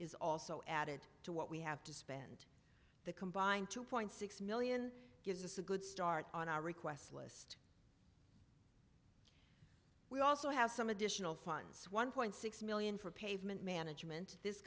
is also added to what we have to spend the combined two point six million gives us a good start on our request list we also have some additional funds one point six million for pavement management this